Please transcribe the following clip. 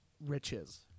riches